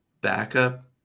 backup